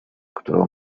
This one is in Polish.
którą